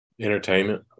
entertainment